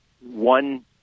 one